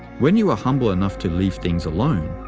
when you are humble enough to leave things alone,